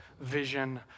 vision